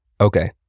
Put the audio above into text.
Okay